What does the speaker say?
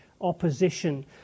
opposition